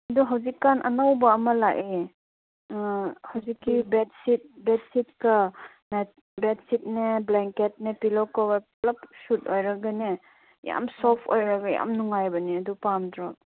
ꯑꯗꯨ ꯍꯧꯖꯤꯛ ꯀꯥꯟ ꯑꯅꯧꯕ ꯑꯃ ꯂꯥꯛꯑꯦ ꯍꯧꯖꯤꯛꯀꯤ ꯕꯦꯗꯁꯤꯠ ꯕꯦꯗꯁꯤꯠꯀ ꯕꯦꯗꯁꯤꯠꯅꯦ ꯕ꯭ꯂꯦꯡꯀꯦꯠꯅꯦ ꯄꯤꯜꯂꯣ ꯀꯣꯕꯔ ꯄꯨꯂꯞ ꯁꯨꯠ ꯑꯣꯏꯔꯒꯅꯦ ꯌꯥꯝ ꯁꯣꯐ ꯑꯣꯏꯔꯒ ꯌꯥꯝ ꯅꯨꯡꯉꯥꯏꯕꯅꯤ ꯑꯗꯨ ꯄꯥꯝꯗ꯭ꯔꯣ